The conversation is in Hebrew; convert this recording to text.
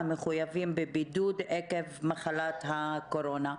המחויבים בבידוד עקב מחלת הקורונה.